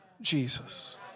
Jesus